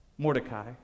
Mordecai